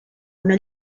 una